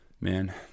Man